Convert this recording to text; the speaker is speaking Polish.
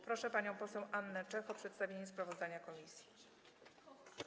Proszę panią poseł Annę Czech o przedstawienie sprawozdania komisji.